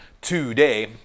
today